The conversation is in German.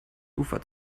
ufer